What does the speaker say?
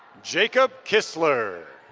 jacob kissler.